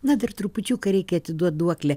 na dar trupučiuką reikia atiduot duoklę